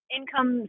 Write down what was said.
income